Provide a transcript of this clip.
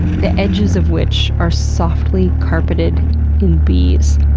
the edges of which are softly carpeted in bees.